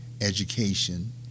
education